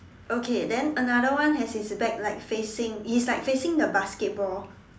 okay then another one has his back like facing he is like facing the basketball